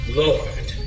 lord